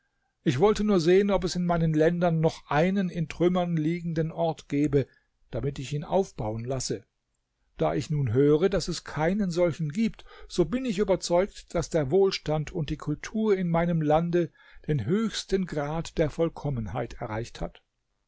ich wollte nur sehen ob es in meinen ländern noch einen in trümmern liegenden ort gebe damit ich ihn aufbauen lasse da ich nun höre daß es keinen solchen gibt so bin ich überzeugt daß der wohlstand und die kultur in meinem lande den höchsten grad der vollkommenheit erreicht hat